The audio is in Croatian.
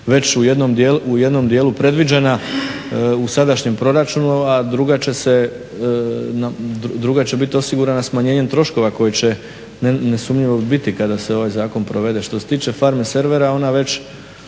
već u jednom dijelu predviđena u sadašnjem proračunu, a druga će bit osigurana smanjenjem troškova koji će nesumnjivo biti kada se ovaj zakon provede. Što se tiče farme servera, ona već